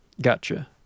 Gotcha